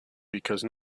because